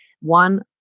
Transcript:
one